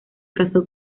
casó